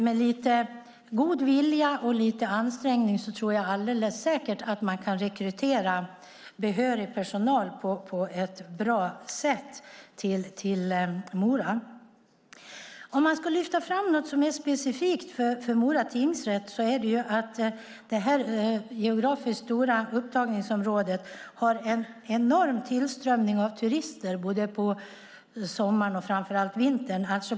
Med lite god vilja och lite ansträngning tror jag alldeles säkert att man kan rekrytera behörig personal på ett bra sätt till Mora. Om man ska lyfta fram något som är specifikt för Mora tingsrätt är det att det här geografiskt stora upptagningsområdet har en enorm tillströmning av turister både på sommaren och, framför allt, på vintern.